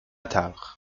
تلخ